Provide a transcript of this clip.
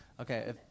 Okay